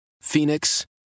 Phoenix